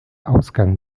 ausgang